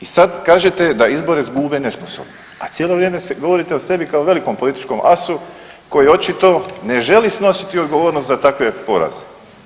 I sad kažete da izbore izgube nesposobni, a cijelo vrijeme govorite o sebi kao velikom političkom asu koji očito ne želi snositi odgovornost za takve poraze.